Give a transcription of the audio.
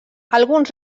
alguns